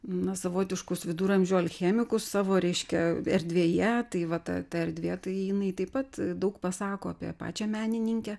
na savotiškus viduramžių alchemikų savo reiškia erdvėje tai vat ta erdvė tai jinai taip pat daug pasako apie pačią menininkę